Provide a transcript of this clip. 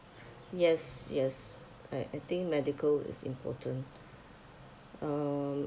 yes yes I I think medical is important um